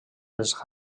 els